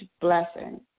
blessing